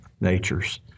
natures